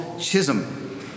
Chisholm